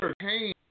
entertain